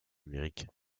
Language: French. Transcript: numérique